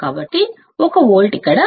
కాబట్టి ఇక్కడ